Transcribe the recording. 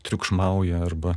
triukšmauja arba